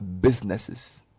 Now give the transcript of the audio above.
businesses